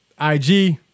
IG